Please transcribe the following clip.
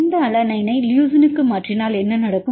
இந்த அலனைனை லியூசினுக்கு மாற்றினால் என்ன நடக்கும்